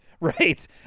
Right